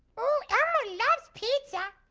oh, elmo loves pizza.